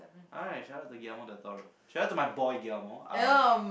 I shoutout to Gilmore shout out to my boy GIlmore um